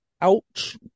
Ouch